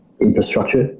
infrastructure